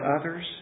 others